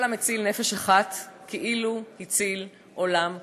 כל המציל נפש אחת כאילו הציל עולם מלא,